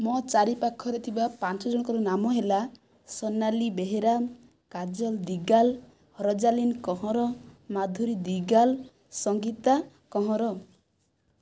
ମୋ' ଚାରିପାଖରେ ଥିବା ପାଞ୍ଚଜଣଙ୍କର ନାମ ହେଲା ସୋନାଲି ବେହେରା କାଜଲ ଦିଗାଲ ରୋଜାଲିନ୍ କହଁର ମାଧୁରୀ ଦିଗାଲ ସଙ୍ଗୀତା କହଁର